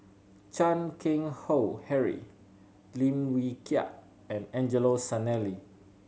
Chan Keng Howe Harry Lim Wee Kiak and Angelo Sanelli